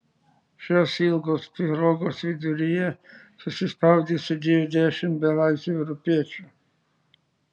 šios ilgos pirogos viduryje susispaudę sėdėjo dešimt belaisvių europiečių